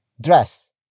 dress